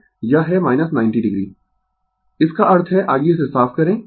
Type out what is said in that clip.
Refer Slide Time 1649 इसका अर्थ है आइये इसे साफ करें